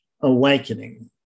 awakening